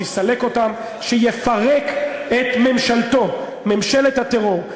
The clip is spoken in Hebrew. שיסלק אותם, שיפרק את ממשלתו, ממשלת הטרור.